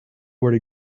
where